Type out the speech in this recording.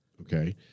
okay